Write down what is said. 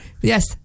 Yes